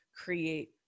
create